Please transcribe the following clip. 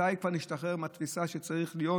מתי נשתחרר כבר מהתפיסה שצריך להיות,